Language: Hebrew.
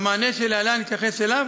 והמענה שלהלן יתייחס אליו,